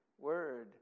word